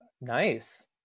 Nice